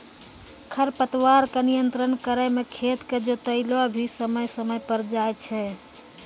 खरपतवार के नियंत्रण करै मे खेत के जोतैलो भी समय समय पर जाय छै